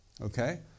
Okay